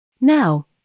Now